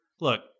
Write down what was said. look